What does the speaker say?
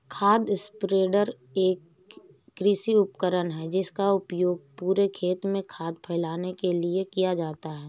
खाद स्प्रेडर एक कृषि उपकरण है जिसका उपयोग पूरे खेत में खाद फैलाने के लिए किया जाता है